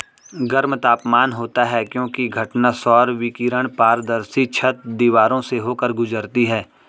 गर्म तापमान होता है क्योंकि घटना सौर विकिरण पारदर्शी छत, दीवारों से होकर गुजरती है